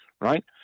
Right